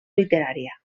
literària